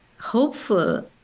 hopeful